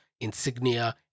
insignia